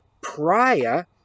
prior